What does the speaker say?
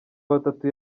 batatu